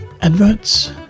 adverts